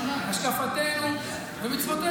השקפתנו ומצוותינו.